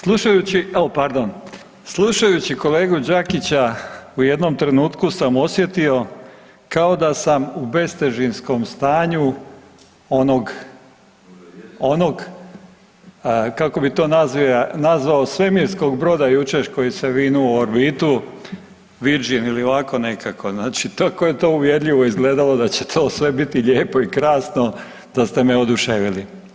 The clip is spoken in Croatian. Slušajući, o pardon, slušajući kolegu Đakića u jednom trenutku sam osjetio kao da sam u bestežinskom stanju onog, onog kako bi to nazvao svemirskog broda jučer koji se vinuo u orbitu, Virgin ili ovako nekako , znači tako je to uvjerljivo izgledalo da će to sve biti lijepo i krasno da ste me oduševili.